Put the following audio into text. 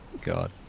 God